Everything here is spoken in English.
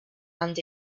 and